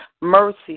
Mercy